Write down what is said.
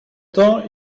temps